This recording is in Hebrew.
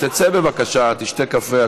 תצא, בבקשה, תשתה קפה.